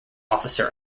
officer